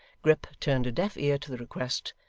grip turned a deaf ear to the request,